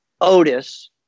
Otis